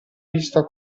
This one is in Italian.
vista